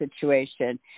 situation